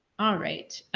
all right.